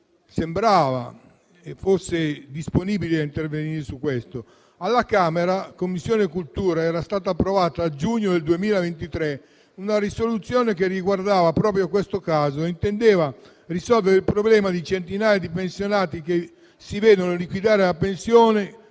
sembrava che ci fosse una disponibilità a intervenire su questo. Alla Camera, in Commissione cultura, a giugno 2023 era stata approvata una risoluzione che riguardava proprio questo caso e intendeva risolvere il problema di centinaia di pensionati che si vedono liquidare la pensione,